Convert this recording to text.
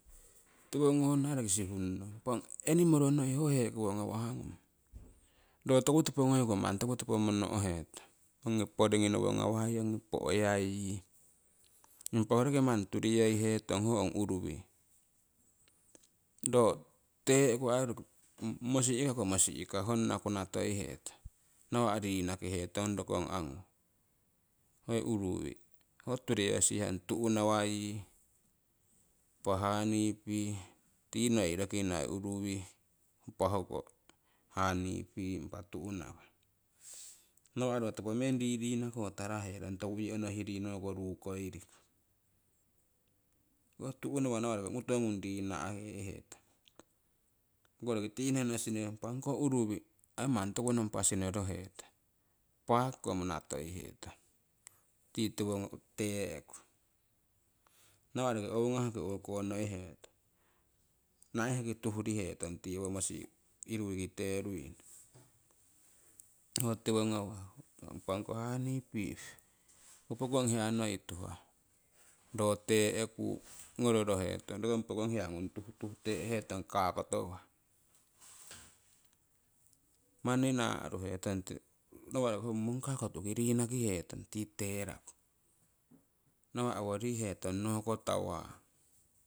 Tiwo ngonno aii roki sihunnong. Impa ong animoro noi ho hekowo ngawahgnung ro toku topo ngoiku ro manni tokutopo mono'hetong ongi poringii nowo ngawa' ngung, ongi po'yaii' yii. Impa ho roki manni turiyoihetong ho ong uruwii ro tee'ku aii roki mosi'kako mosi'ka honna kunatoi hetong nawa' riinakihetong rokong angu. Hoi uruwii ho turiyosihah, tuhnawa yii, impa honeybee tii noi rokina uruwii impa hoko honeybee impa tuhnawa. Nawah ro topomeng riiriinako taraherong toku onohiri noko ruukoiriku, ho tu'nawa nawa'ko ho uuto ngung yii rii na'hetong hoko roki tii nohno sihorohetong, impa ongkoh uruwii aii manni toku nompa sinorohetong paakiko munnatoi hetong tii tiwo teehku nawa' roki ouu'gah ki o'ko ngoihetong naiheki tuh'rihetong tii uruwiiki tee'ruii' no'ho tiwo gawah. Impa ongko honeybee ho pokong hia noi tuhah ro tee'ku ngororohetong roki ong pokong hia ngung tuh'tuh'tee hetong kaakotowah manni naaruhetong, nawa' ho mongkako tu'ki riinaki hetong tii tee raku nawa' oworihetong noko tawang